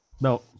No